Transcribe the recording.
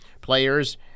Players